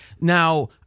Now